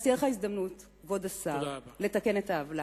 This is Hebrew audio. אז תהיה לך הזדמנות, כבוד השר, לתקן את העוולה.